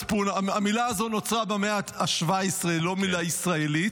המילה הזו נוצרה במאה ה-17, היא לא מילה ישראלית,